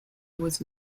was